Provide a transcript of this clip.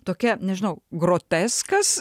tokia nežinau groteskas